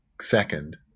second